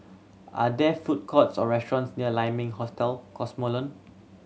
are there food courts or restaurants near Lai Ming Hostel Cosmoland